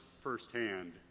firsthand